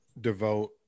devote